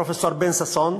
פרופסור בן-ששון,